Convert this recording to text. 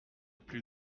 plus